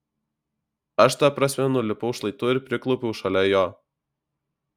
aš ta prasme nulipau šlaitu ir priklaupiau šalia jo